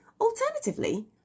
Alternatively